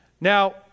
Now